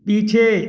पीछे